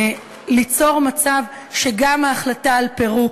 ליצור מצב שגם ההחלטה על פירוק,